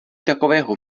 takového